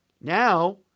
Now